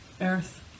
earth